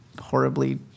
horribly